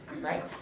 right